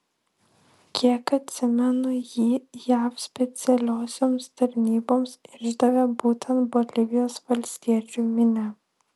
kiek atsimenu jį jav specialiosioms tarnyboms išdavė būtent bolivijos valstiečių minia